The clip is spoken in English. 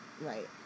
Right